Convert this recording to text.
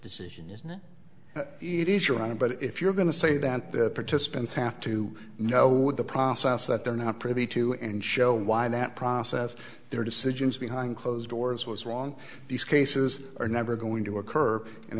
decision is not it is your honor but if you're going to say that the participants have to know with a process that they're not privy to and show why that process their decisions behind closed doors was wrong these cases are never going to occur and